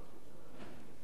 שהמשפחה,